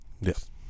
Yes